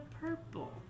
purple